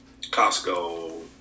Costco